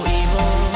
evil